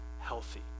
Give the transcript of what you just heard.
healthy